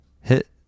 hit